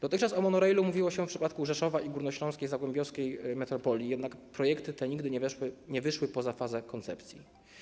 Dotychczas o monorailu mówiło się w przypadku Rzeszowa i Górnośląsko-Zagłębiowskiej Metropolii, jednak projekty te nigdy nie wyszły poza fazę koncepcji.